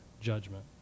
judgment